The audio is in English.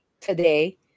today